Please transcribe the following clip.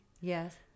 yes